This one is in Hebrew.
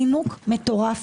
זינוק מטורף.